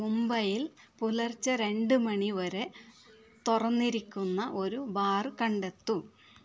മുംബൈയിൽ പുലർച്ചെ രണ്ടു മണി വരെ തുറന്നിരിക്കുന്ന ഒരു ബാർ കണ്ടെത്തു